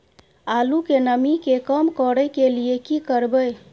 आलू के नमी के कम करय के लिये की करबै?